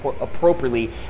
appropriately